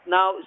Now